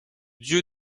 dieu